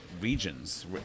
regions